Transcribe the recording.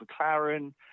McLaren